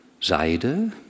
Seide